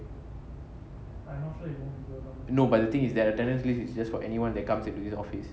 no but the thing is that the attendance list it's just for anyone that comes into this office